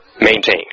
maintain